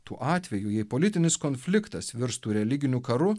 tuo atveju jei politinis konfliktas virstų religiniu karu